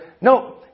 No